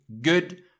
Good